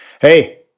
Hey